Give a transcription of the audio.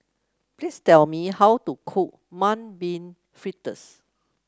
please tell me how to cook Mung Bean Fritters